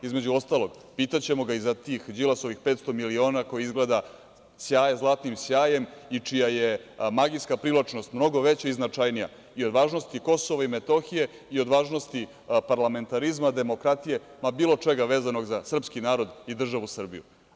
Između ostalog, pitaćemo ga i za tih Đilasovih 500 miliona, koji izgleda sjaje zlatnim sjajem i čija je magijska privlačnost mnogo veća i značajnija i od važnosti Kosova i Metohije i od važnosti parlamentarizma, demokratije, ma bilo čega vezanog za srpski narod i državu Srbiju.